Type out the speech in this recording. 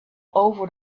over